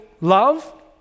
love